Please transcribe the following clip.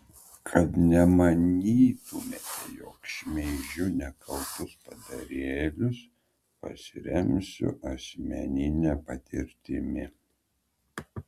kad nemanytumėte jog šmeižiu nekaltus padarėlius pasiremsiu asmenine patirtimi